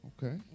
Okay